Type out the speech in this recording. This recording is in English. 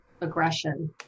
aggression